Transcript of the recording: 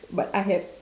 but I have